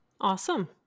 Awesome